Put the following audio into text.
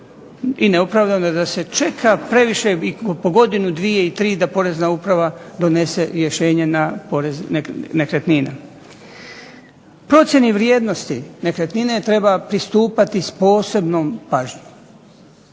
i neopravdano da se čeka previše i po godinu, dvije, tri da Porezna uprava donese rješenja na porez nekretnina. Procjena vrijednosti nekretnine treba pristupati s posebnom pažnjom.